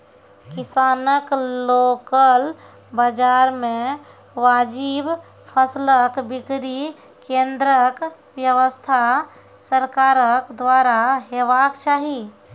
किसानक लोकल बाजार मे वाजिब फसलक बिक्री केन्द्रक व्यवस्था सरकारक द्वारा हेवाक चाही?